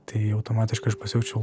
tai automatiškai aš pasijaučiau